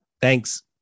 Thanks